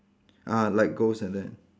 ah like ghost like that